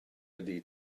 ydy